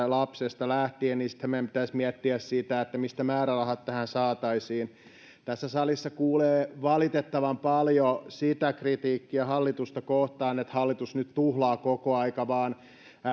lapsesta lähtien niin sittenhän meidän pitäisi miettiä sitä mistä määrärahat tähän saataisiin tässä salissa kuulee valitettavan paljon sitä kritiikkiä hallitusta kohtaan että hallitus nyt vain tuhlaa koko ajan